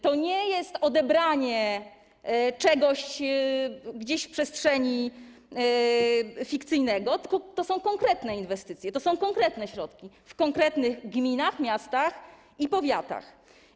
To nie jest odebranie czegoś fikcyjnego gdzieś w przestrzeni, tylko to są konkretne inwestycje, to są konkretne środki, w konkretnych gminach, miastach i powiatach.